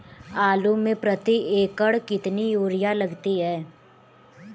आलू में प्रति एकण कितनी यूरिया लगती है?